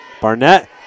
Barnett